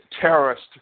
terrorist